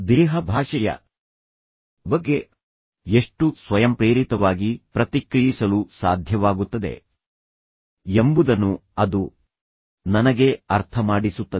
ದೇಹ ಭಾಷೆಯ ಬಗ್ಗೆ ಎಷ್ಟು ಸ್ವಯಂಪ್ರೇರಿತವಾಗಿ ಪ್ರತಿಕ್ರಿಯಿಸಲು ಸಾಧ್ಯವಾಗುತ್ತದೆ ಎಂಬುದನ್ನು ಅದು ನನಗೆ ಅರ್ಥಮಾಡಿಸುತ್ತದೆ